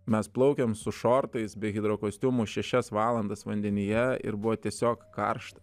mes plaukėm su šortais be hidrokostiumų šešias valandas vandenyje ir buvo tiesiog karšta